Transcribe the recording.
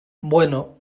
bueno